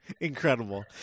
Incredible